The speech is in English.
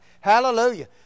Hallelujah